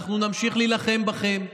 אנחנו נמשיך להילחם בכם.